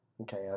Okay